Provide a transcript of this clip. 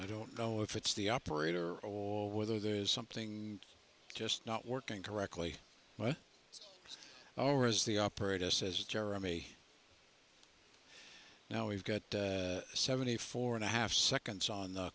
i don't know if it's the operator or whether there is something just not working correctly but it's always the operator says jeremy now we've got seventy four and a half seconds on the